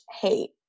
hate